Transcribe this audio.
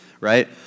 Right